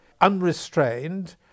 unrestrained